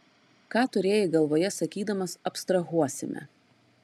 ką turėjai galvoje sakydamas abstrahuosime